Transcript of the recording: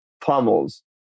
pummels